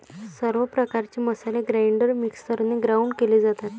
सर्व प्रकारचे मसाले ग्राइंडर मिक्सरने ग्राउंड केले जातात